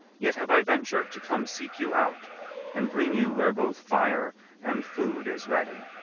yet have i ventur'd to come seek you out and bring you where both fire and food is ready.